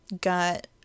got